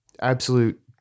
absolute